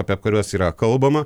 apie kurias yra kalbama